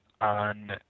on